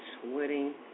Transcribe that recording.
sweating